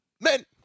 Men